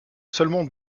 seulement